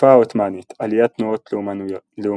התקופה העותמאנית - עליית תנועות לאומניות